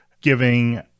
giving